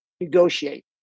negotiate